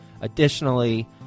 Additionally